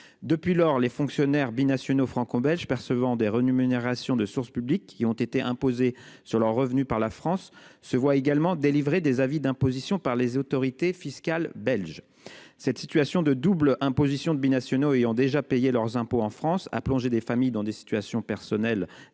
Depuis lors, les fonctionnaires binationaux franco-belge percevant des rémunérations de sources publiques qui ont été imposées sur leur revenu par la France se voit également délivré des avis d'imposition par les autorités fiscales belges. Cette situation de double imposition de binationaux ayant déjà payé leurs impôts en France a plongé des familles dans des situations personnelles